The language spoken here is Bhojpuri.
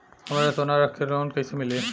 हमरा सोना रख के लोन कईसे मिली?